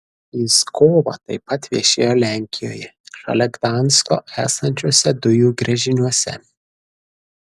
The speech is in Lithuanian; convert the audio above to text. jis kovą taip pat viešėjo lenkijoje šalia gdansko esančiuose dujų gręžiniuose